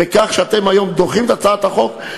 בכך שאתם היום דוחים את הצעת החוק,